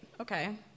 Okay